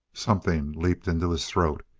something leaped into his throat.